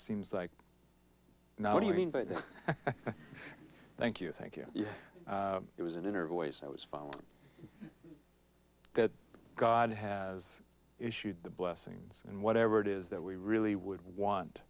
seems like now what do you mean but thank you thank you it was an inner voice i was following that god has issued the blessings and whatever it is that we really would want